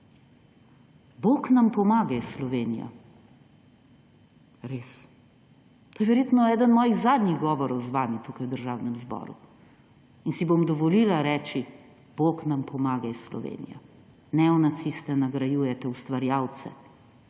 Bog nam pomagaj, Slovenija. Res. To je verjetno eden mojih zadnjih govorov z vami tukaj v Državnem zboru in si bom dovolila reči: bog nam pomagaj, Slovenija. Neonaciste nagrajujete v ustvarjalce.